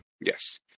Yes